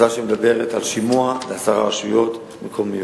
הצעה שמדברת על שימוע לעשרה ראשי רשויות מקומיות: